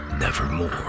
nevermore